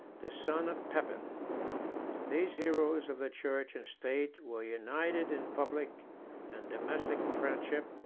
the son of pepin these heroes of the church and state were united in public and domestic friendship,